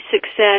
success